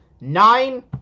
nine